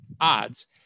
odds